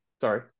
Sorry